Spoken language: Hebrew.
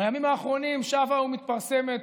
בימים האחרונים שבה ומתפרסמת